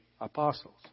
apostles